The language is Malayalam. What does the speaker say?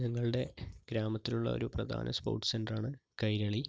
ഞങ്ങളുടെ ഗ്രാമത്തിലുള്ള ഒരു പ്രധാന സ്പോർട്സ് സെൻ്ററാണ് കൈരളി